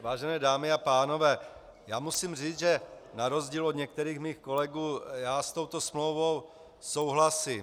Vážené dámy a pánové, já musím říct, že na rozdíl od některých svých kolegů já s touto smlouvou souhlasím.